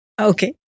Okay